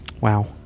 Wow